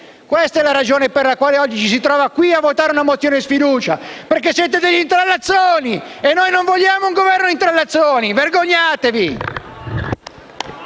Questa è la ragione per la quali oggi ci si trova qui a votare la mozione di sfiducia. Perché siete degli intrallazzoni, e noi non vogliamo un Governo di intrallazzoni! Vergognatevi!